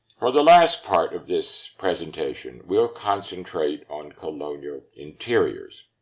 for the last part of this presentation, we'll concentrate on colonial interiors.